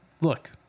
Look